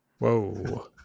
Whoa